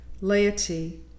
Laity